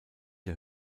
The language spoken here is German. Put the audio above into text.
der